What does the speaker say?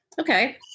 Okay